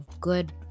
good